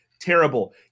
terrible